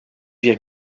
wir